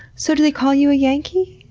so, do they call you a yankee?